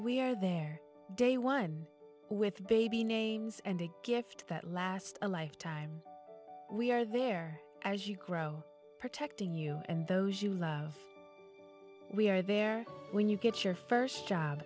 're there day one with baby names and a gift that lasts a lifetime we are there as you grow protecting you and those you love we are there when you get your first job